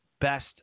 best